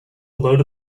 load